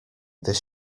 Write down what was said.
this